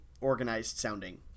organized-sounding